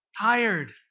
Tired